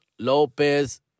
Lopez